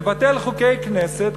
מבטל חוקי כנסת,